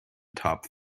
top